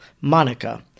Monica